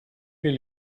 will